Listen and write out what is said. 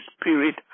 Spirit